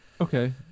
Okay